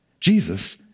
Jesus